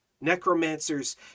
necromancers